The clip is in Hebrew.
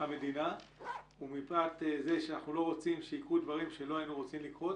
המדינה ומפאת זה שאנחנו לא רוצים שיקרו דברים שלא היינו רוצים שיקרו.